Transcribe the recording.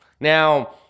Now